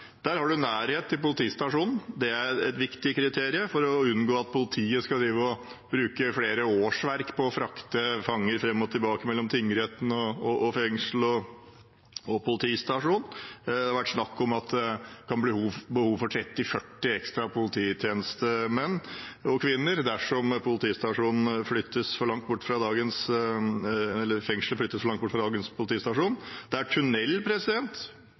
Der har en nærhet til politistasjonen. Det er et viktig kriterium, for å unngå at politiet skal bruke flere årsverk på å frakte fanger fram og tilbake mellom tingretten, fengselet og politistasjonen. Det vært snakk om at det kan bli behov for 30–40 ekstra polititjenestemenn og -kvinner dersom fengselet flyttes langt bort fra dagens politistasjon. Det er en tunnel fra dagens politistasjon